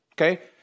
Okay